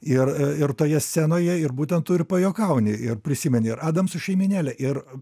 ir ir toje scenoje ir būtent tu ir pajuokauni ir prisimeni ir adamsų šeimynėlę ir